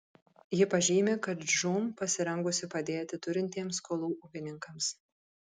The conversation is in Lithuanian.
ji pažymi kad žūm pasirengusi padėti turintiems skolų ūkininkams